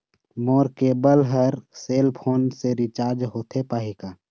मोर cable हर cell phone से recharge होथे पाही का?